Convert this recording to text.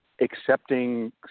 accepting